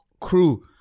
crew